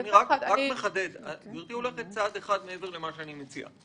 גברתי הולכת צעד אחד מעבר למה שאני מציע.